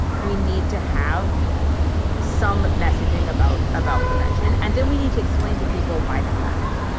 we need to have some messaging about about prevention, and then we need to explain to people why that matters.